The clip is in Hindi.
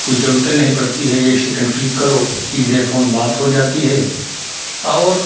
कुछ ज़रुरत ही नहीं पड़ती है एक सेकंड क्लिक करो सीधे फोन बात हो जाती है और